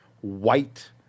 White